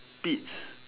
pits